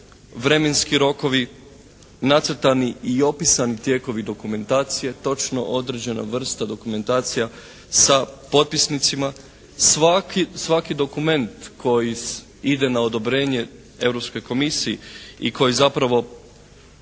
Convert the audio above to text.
vremenski rokovi, nacrtani i opisani tijekovi dokumentacije točno određena vrsta dokumentacija sa potpisnicima. Svaki dokument koji ide na odobrenje Europskoj Komisiji i koji zapravo